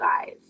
guys